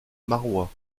marois